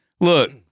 look